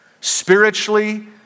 Spiritually